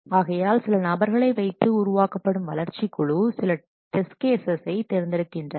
ஆகையால் சில நபர்களை வைத்து உருவாக்கப்படும் வளர்ச்சி குழு சில டெஸ்ட் கேசஸ் சை தேர்ந்தெடுக்கின்றன